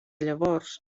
llavors